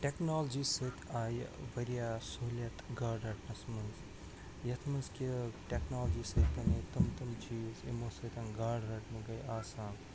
technology سۭتۍ آیہِ واریاہ سہولیت گاڈٕ رَٹنَس مَنٛز یتھ مَنٛز کہِ ٹٮ۪کنالجی سۭتۍ بنے تِم تِم چیٖز یِمو سۭتۍ گاڈٕ رَٹنہِ گٔے آسان